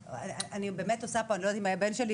אני לא יודעת אם הבן שלי,